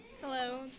Hello